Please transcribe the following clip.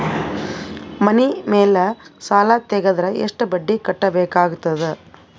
ಮನಿ ಮೇಲ್ ಸಾಲ ತೆಗೆದರ ಎಷ್ಟ ಬಡ್ಡಿ ಕಟ್ಟಬೇಕಾಗತದ?